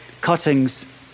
cuttings